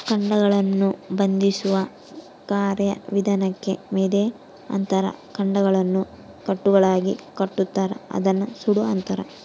ಕಾಂಡಗಳನ್ನು ಬಂಧಿಸುವ ಕಾರ್ಯವಿಧಾನಕ್ಕೆ ಮೆದೆ ಅಂತಾರ ಕಾಂಡಗಳನ್ನು ಕಟ್ಟುಗಳಾಗಿಕಟ್ಟುತಾರ ಅದನ್ನ ಸೂಡು ಅಂತಾರ